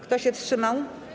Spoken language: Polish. Kto się wstrzymał?